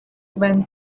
when